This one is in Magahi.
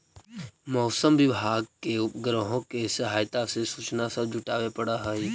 मौसम विभाग के उपग्रहों के सहायता से सूचना सब जुटाबे पड़ हई